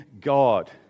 God